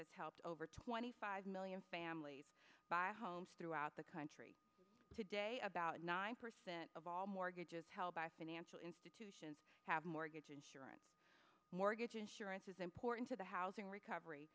has helped over twenty five million families homes throughout the country today about nine percent of all mortgages held by financial institutions have mortgage insurance mortgage insurance is important to the housing recovery